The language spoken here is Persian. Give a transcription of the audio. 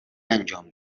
انجام